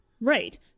right